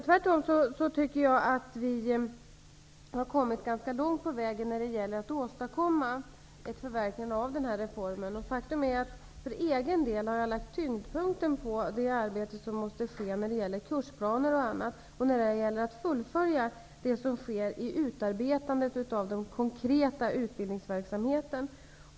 Tvärtom tycker jag att vi har kommit ganska långt i arbetet med att åstadkomma ett förverkligande av den här reformen. För egen del har jag lagt tyngdpunkten på det arbete som måste göras avseende kursplaner m.m. och på fullföljandet av arbetet med den konkreta utbildningsverksamheten.